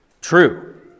true